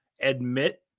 admit